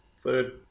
third